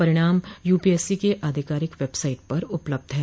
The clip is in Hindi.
परिणाम यूपीएससी की आधिकारिक वेबसाइट पर उपलब्ध है